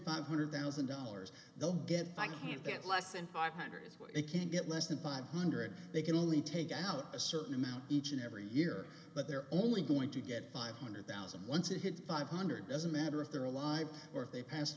five hundred thousand dollars they'll get by can't get less and five hundred is what they can get less than five hundred they can only take out a certain amount each and every year but they're only going to get five hundred thousand once it hits five hundred doesn't matter if they're alive or if they pass